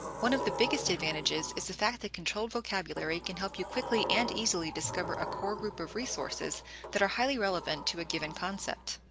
one of the biggest advantages is the fact that controlled vocabulary can help you quickly and easily discover a core group of resources that are highly relevant to a given concept.